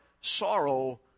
sorrow